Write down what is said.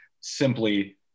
Simply